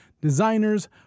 designers